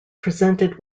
presented